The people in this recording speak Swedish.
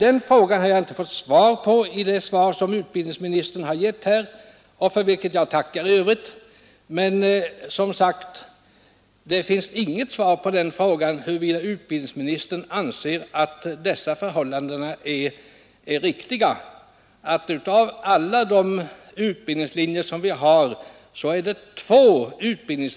Den frågan svarade utbildningsministern inte på här — jag tackar i övrigt för interpellationssvaret. Men det lämnas där inget svar på frågan huruvida utbildningsministern anser att det är riktigt att av alla de utbildningslinjer vi har två stycken